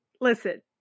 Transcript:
listen